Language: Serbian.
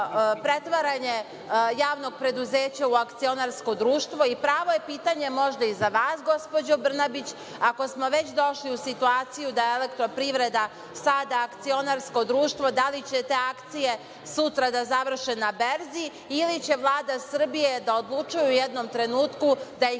pretvaranje javnog preduzeća u akcionarsko društvo i pravo je pitanje možda i za vas gospođo Brnabić, ako smo već došli u situaciju da elektroprivreda sada, akcionarsko društvo, da li će te akcije sutra da završe na berzi ili će Vlada Srbije da odlučuje u jednom trenutku da ih